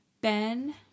Ben